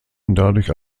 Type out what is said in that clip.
dadurch